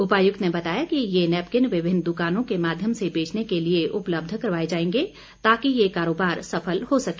उपायुक्त ने बताया कि ये नैपकिन विभिन्न दुकानों के माध्यम से बेचने के लिए उपलब्ध करवाए जाएंगे ताकि ये कारोबार सफल हो सके